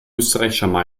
österreichischer